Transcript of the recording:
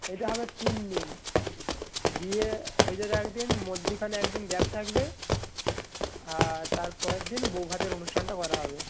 এইটা হবে তিন দিন বিয়ে হয়ে যাবে এক দিন মধ্যিখানে একদিন গ্যাপ থাকবে আর তার পরের দিন বৌভাতের অনুষ্ঠানটা করা হবে